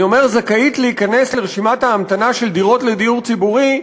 אני אומר "זכאית להיכנס לרשימת ההמתנה של דירות לדיור ציבורי"